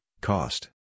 Cost